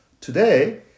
Today